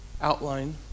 outline